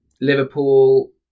Liverpool